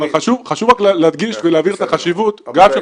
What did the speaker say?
אבל חשוב רק להדגיש ולהבהיר את החשיבות גם של